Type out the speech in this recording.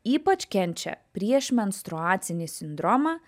ypač kenčia prieš menstruacinį sindromą